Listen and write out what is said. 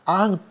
ang